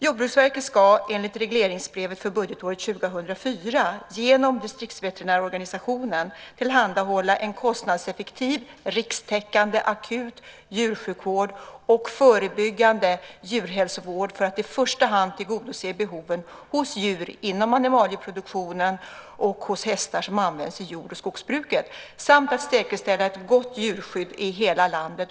Jordbruksverket ska, enligt regleringsbrevet för budgetåret 2004, genom distriktsveterinärorganisationen tillhandahålla en kostnadseffektiv rikstäckande akut djursjukvård och förebyggande djurhälsovård för att i första hand tillgodose behoven hos djur inom animalieproduktionen och hos hästar som används i jord och skogsbruket samt säkerställa ett gott djurskydd i hela landet.